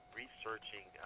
researching